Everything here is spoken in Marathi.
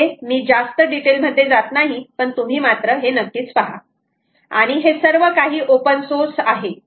इथे मी जास्त डिटेल मध्ये जात नाही पण तुम्ही मात्र हे नक्कीच पहा आणि हे सर्व काही ओपन सोर्स आहे